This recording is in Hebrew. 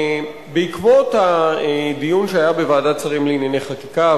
בעקבות הדיון שהיה בוועדת שרים לענייני חקיקה,